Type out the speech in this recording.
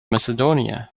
macedonia